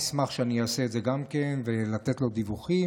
גם השר ישמח שאני אעשה את זה, ואתן לו דיווחים.